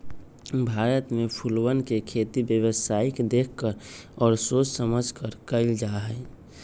भारत में फूलवन के खेती व्यावसायिक देख कर और सोच समझकर कइल जाहई